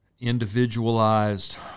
individualized